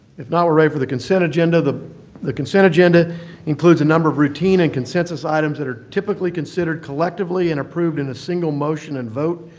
if not, we're ready for the consent agenda. the the consent agenda includes a number of routine and consensus items that are typically considered collectively and approved in a single motion and vote.